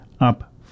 up